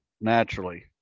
naturally